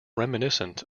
reminiscent